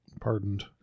pardoned